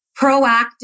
proactive